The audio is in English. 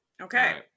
okay